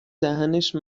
دهنش